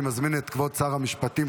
אני מזמין את כבוד שר המשפטים,